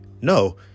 No